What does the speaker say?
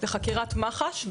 וחקירת מח"ש,